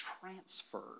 transferred